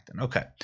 Okay